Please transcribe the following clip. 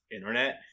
internet